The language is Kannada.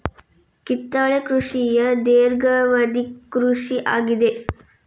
ಕಿತ್ತಳೆ ಕೃಷಿಯ ಧೇರ್ಘವದಿ ಕೃಷಿ ಆಗಿದೆ